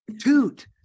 toot